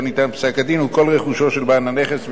ניתן פסק-הדין הוא כל רכושו של בעל הנכס,